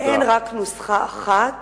אין רק נוסחה אחת